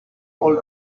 old